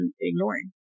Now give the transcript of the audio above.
ignoring